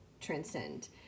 transcend